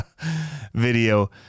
video